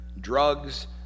drugs